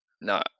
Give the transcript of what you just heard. no